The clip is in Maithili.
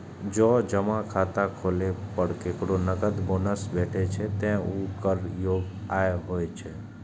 जौं जमा खाता खोलै पर केकरो नकद बोनस भेटै छै, ते ऊ कर योग्य आय होइ छै